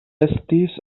estis